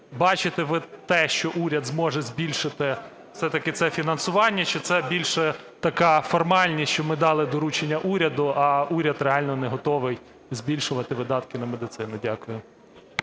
бачите ви те, що уряд зможе збільшити все-таки це фінансування, чи це більше така формальність, що ми дали доручення уряду, а уряд реально не готовий збільшувати видатки на медицину? Дякую.